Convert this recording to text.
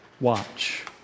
Watch